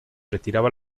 retiraba